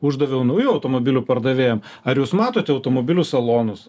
uždaviau naujų automobilių pardavėjam ar jūs matote automobilių salonus